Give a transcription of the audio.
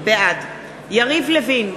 בעד יריב לוין,